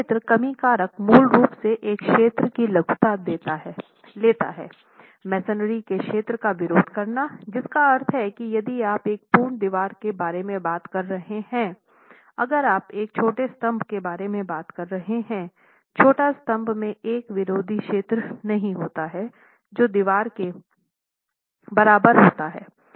यह क्षेत्र कमी कारक मूल रूप से एक क्षेत्र की लघुता लेता है मेसनरी के क्षेत्र का विरोध करना जिसका अर्थ है कि यदि आप एक पूर्ण दीवार के बारे में बात कर रहे हैं अगर आप एक छोटे स्तंभ के बारे में बात कर रहे हैं छोटा स्तंभ में एक विरोध क्षेत्र नहीं होता है जो दीवार के बराबर होता है